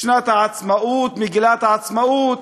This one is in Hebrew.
שנת העצמאות, מגילת העצמאות.